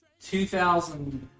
2000